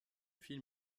film